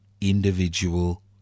individual